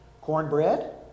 Cornbread